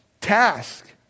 task